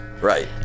Right